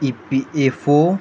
E P F O